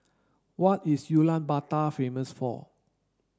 what is Ulaanbaatar famous for